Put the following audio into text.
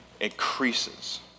increases